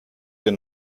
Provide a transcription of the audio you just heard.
den